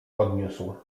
odniósł